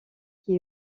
qui